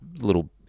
little